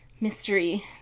mystery